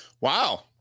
Wow